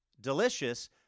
Delicious